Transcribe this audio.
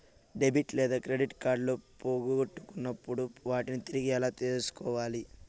debit లేదా credit కార్డులు పోగొట్టుకున్నప్పుడు వాటిని తిరిగి ఎలా తీసుకోవాలి